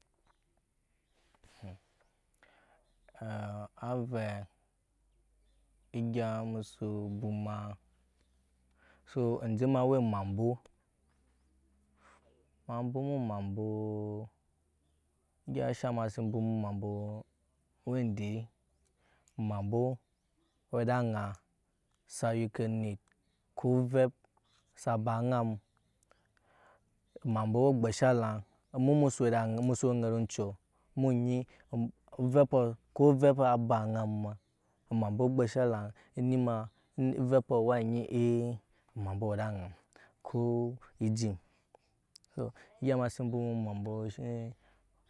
aa ave egya muso bwoma su eje ma wu mabwo ma bwoma mabwoo egya shaŋ mase bwomo mabwoo we de mabwo wede bwomo mabwoo we de mabwo we de aŋa sa yiko anet ko ovep sa ba ana mumabwo we bgɛ lan mu musu we da ana musu we ane ro oncuu mu nyi am ovepɔ ko ovepo a ba ana mu ma mabwo gbesha lan ni vepɔ wa nyi aa mabwo wede ana ko ijim to egya mase bwoma mabwo shine